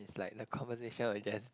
it's like the conversation will just